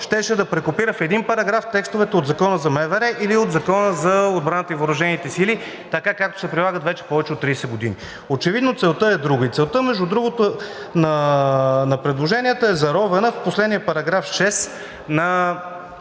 щеше да прекопира в един параграф текстовете от Закона за МВР или от Закона за отбраната и въоръжените сили така, както се прилагат вече повече от 30 години. Очевидно целта е друга. Целта, между другото, на предложението е заровена в последния § 6 на